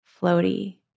floaty